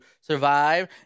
survive